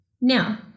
Now